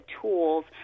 tools